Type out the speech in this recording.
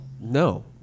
no